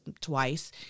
twice